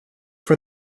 for